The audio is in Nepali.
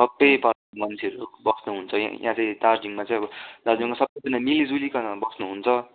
सबै पाराको मान्छेहरू बस्नुहुन्छ याँ याँ चैँ दाजिङमा चैँ आबो दार्जिलिङमा सबैजना मिलीजुलीकन बस्नुहुन्छ